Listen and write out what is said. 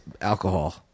alcohol